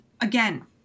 again